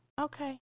Okay